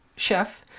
Chef